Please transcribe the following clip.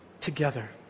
together